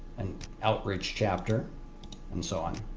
an outreach chapter and so on,